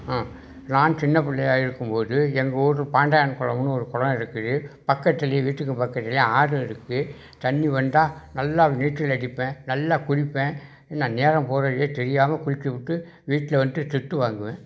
நான் சின்ன பிள்ளையா இருக்கும் போது எங்கள் ஊர் பாண்டான் குளம்னு ஒரு குளம் இருக்குது பக்கத்தில் வீட்டுக்கு பக்கத்தில் ஆறு இருக்குது தண்ணி வந்தால் நல்லா நீச்சல் அடிப்பேன் நல்லா குளிப்பேன் என்ன நேரம் போகிறதே தெரியாமல் குளித்துப்புட்டு வீட்டில் வந்துட்டு திட்டு வாங்குவேன்